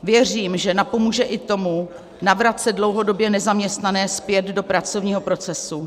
Věřím, že napomůže i tomu navracet dlouhodobě nezaměstnané zpět do pracovního procesu.